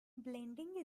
blending